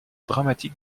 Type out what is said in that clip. dramatique